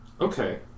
Okay